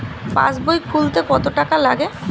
পাশবই খুলতে কতো টাকা লাগে?